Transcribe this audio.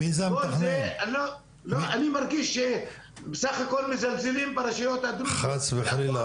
אני מרגיש סך הכל מזלזלים ברשויות --- חס וחלילה,